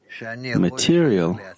material